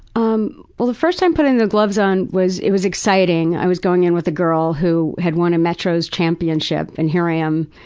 um well the first time putting the gloves on, it was exciting. i was going in with a girl who had won a metro's championship and here i am,